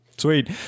Sweet